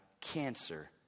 cancer